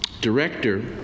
director